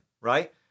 right